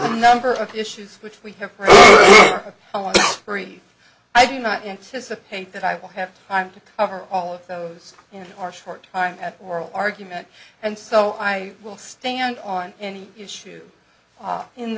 a number of issues which we have only i do not anticipate that i will have time to cover all of those in our short time at oral argument and so i will stand on any issue